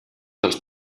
dels